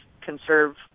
conserve